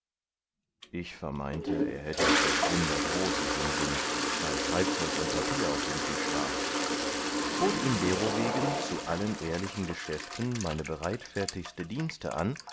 ich vermeinte er hätte was wundergroßes im sinn weil schreibzeug und papier auf dem tisch war bot ihm derowegen zu allen ehrlichen geschäften meine bereitfertigste dienste an